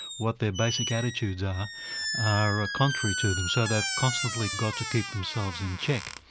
what their basic attitudes are, are ah contrary to them, so they've constantly got to keep themselves in check.